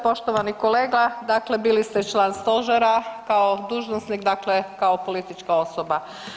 Poštovani kolega, dakle bili ste član stožera kao dužnosnik, dakle kao politička osoba.